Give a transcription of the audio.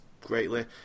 greatly